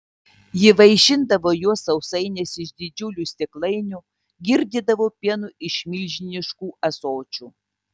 ji vaišindavo juos sausainiais iš didžiulių stiklainių girdydavo pienu iš milžiniškų ąsočių